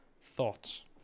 Thoughts